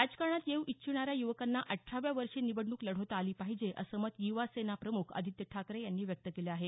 राजकारणात येऊ इच्छिणाऱ्या युवकांना अठराव्या वर्षी निवडणूक लढवता आली पाहिजे असं मत युवा सेना प्रमुख आदित्य ठाकरे यांनी व्यक्त केलं आहे